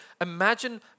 imagine